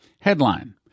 Headline